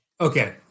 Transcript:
Okay